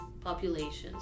populations